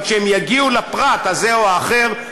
אבל כשהם יגיעו לפרט הזה או האחר,